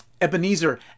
Ebenezer